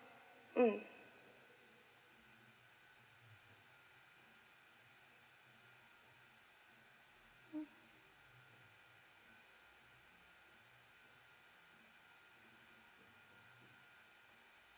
mm